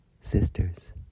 sisters